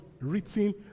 Written